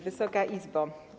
Wysoka Izbo!